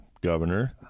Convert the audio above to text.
governor